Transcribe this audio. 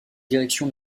direction